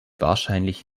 wahrscheinlich